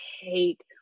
hate